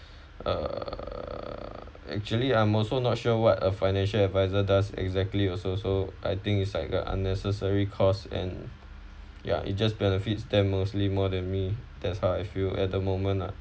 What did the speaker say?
uh actually I'm also not sure what a financial advisor does exactly also so I think it's like uh unnecessary costs and ya it just benefits them mostly more than me that's how I feel at the moment ah